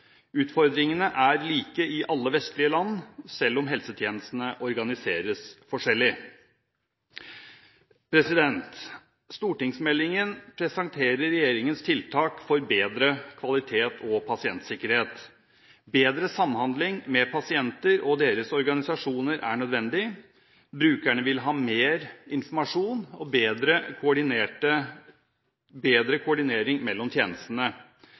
Utfordringene er like i alle vestlige land, selv om helsetjenestene organiseres forskjellig. Stortingsmeldingen presenterer regjeringens tiltak for bedre kvalitet og pasientsikkerhet. Bedre samhandling med pasienter og deres organisasjoner er nødvendig. Brukerne vil ha mer informasjon og bedre koordinering mellom tjenestene.